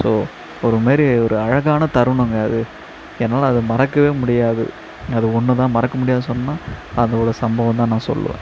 so ஒரு மாரி ஒரு அழகான தருணங்க அது என்னால் அது மறக்கவே முடியாது அது ஒன்று தான் மறக்க முடியாது சொன்னால் அந்த ஒரு சம்பவம் தான் நான் சொல்லுவேன்